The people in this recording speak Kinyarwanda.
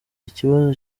ikibazo